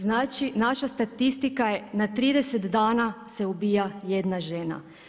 Znači naša statistika je na 30 dana se ubija jedna žena.